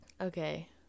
Okay